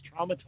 traumatized